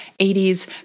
80s